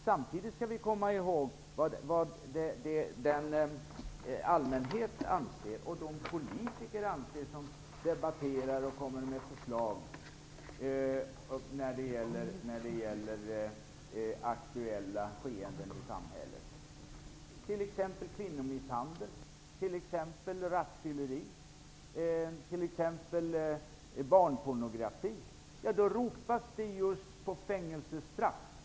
Samtidigt skall vi komma ihåg vad den allmänhet och de politiker anser som debatterar och kommer med förslag när det gäller aktuella skeenden i samhället, t.ex. kvinnomisshandel, rattfylleri och barnpornografi. I de fallen ropas det på just fängelsestraff.